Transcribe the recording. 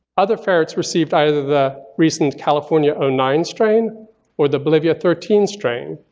other ferrets received either the recent california ah nine strain or the bolivia thirteen strain.